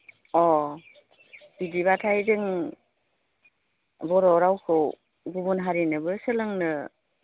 अह बिदिब्लाथाय जों बर' रावखौ गुबुन हारिनोबो सोलोंनो